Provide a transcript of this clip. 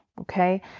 okay